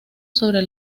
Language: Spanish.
sobre